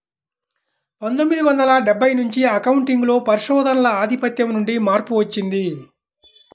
పందొమ్మిది వందల డెబ్బై నుంచి అకౌంటింగ్ లో పరిశోధనల ఆధిపత్యం నుండి మార్పు వచ్చింది